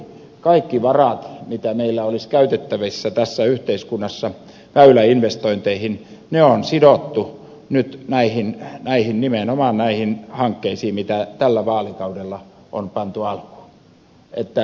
kaikki varat mitä meillä olisi käytettävissä tässä yhteiskunnassa väyläinvestointeihin on sidottu nyt nimenomaan näihin hankkeisiin mitä tällä vaalikaudella on pantu alulle